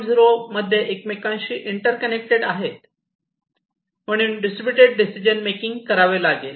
0 मध्ये एकमेकांशी इंटर्कनेक्टेड आहेत पण म्हणून डिस्ट्रीब्यूटेड डिसिजन मेकिंग करावे लागेल